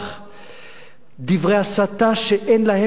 דברי הסתה שאין להם, כמו שאמרתי, אח ורע.